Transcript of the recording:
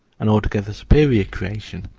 an altogether superior creation.